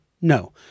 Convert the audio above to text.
no